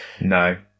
No